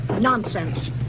nonsense